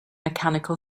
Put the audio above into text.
mechanical